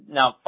Now